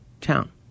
town